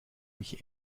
mich